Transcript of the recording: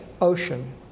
ocean